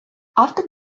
автор